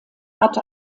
hat